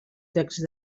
text